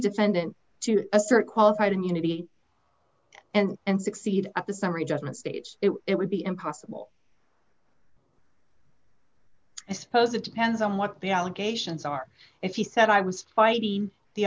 defendant to assert qualified immunity and and succeed at the summary judgment stage it would be impossible i suppose it depends on what the allegations are if he said i was fighting the